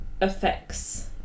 affects